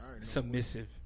Submissive